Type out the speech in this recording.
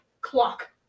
Clock